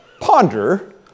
Ponder